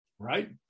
Right